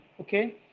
Okay